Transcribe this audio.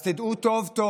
אז תדעו טוב טוב,